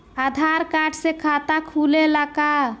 आधार card से खाता खुले ला का?